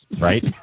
right